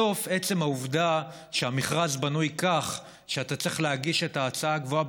בסוף עצם העובדה שהמכרז בנוי כך שאתה צריך להגיש את ההצעה הגבוהה